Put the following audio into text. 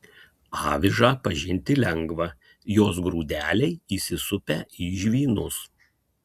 avižą pažinti lengva jos grūdeliai įsisupę į žvynus